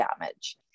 damage